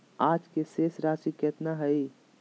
आज के शेष राशि केतना हइ?